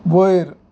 वयर